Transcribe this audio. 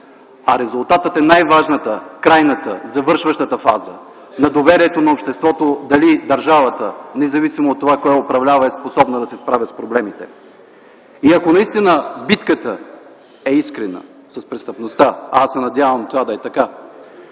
Резултатът е най-важната, крайната, завършващата фаза на доверието на обществото дали държавата, независимо от това кой я управлява, е способна да се справя с проблемите. И ако наистина битката с престъпността е искрена, а аз се надявам това да е така,